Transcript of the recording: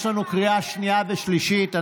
יש לנו קריאה שנייה ושלישית,